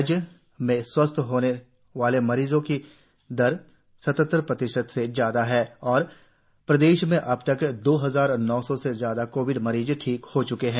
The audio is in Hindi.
राज्य में स्वस्थ होने वाले मरीजों की दर सत्तर प्रतिशत से ज्यादा है और प्रदेश में अबतक दो हजार नौ सौ से ज्यादा कोविड मरीज ठीक ह्ए हो च्के है